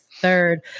Third